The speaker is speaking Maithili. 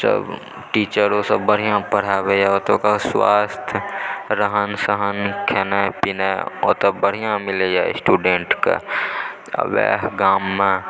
टीचरो सब बढ़िआँ पढ़ाबैए ओतुका स्वास्थ रहन सहन खेनाइ पिनाइ ओतए बढ़िआँ मिलैए स्टुडेन्टके आ ओएह गाममे